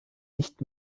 nicht